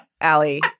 Allie